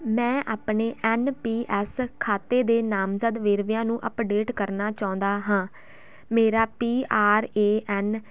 ਮੈਂ ਆਪਣੇ N P S ਖਾਤੇ ਦੇ ਨਾਮਜ਼ਦ ਵੇਰਵਿਆਂ ਨੂੰ ਅੱਪਡੇਟ ਕਰਨਾ ਚਾਹੁੰਦਾ ਹਾਂ ਮੇਰਾ ਪੀ ਆਰ ਏ ਐੱਨ